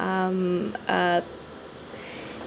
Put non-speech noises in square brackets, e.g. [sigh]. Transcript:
um uh [breath]